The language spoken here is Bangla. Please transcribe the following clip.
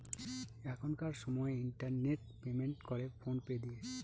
এখনকার সময় ইন্টারনেট পেমেন্ট করে ফোন পে দিয়ে